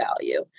value